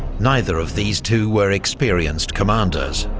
neither of these two were experienced commanders,